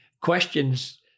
questions